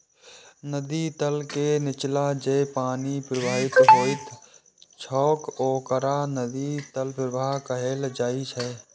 नदी तल के निच्चा जे पानि प्रवाहित होइत छैक ओकरा नदी तल प्रवाह कहल जाइ छै